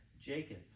Jacob